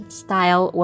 style